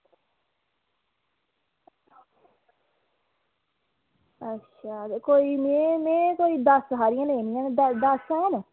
अच्छा कोई निं में दस्स हारियां लैनियां हियां दस्स हारियां हैन नी